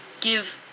give